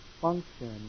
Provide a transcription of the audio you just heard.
function